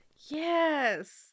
yes